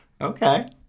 okay